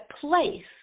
place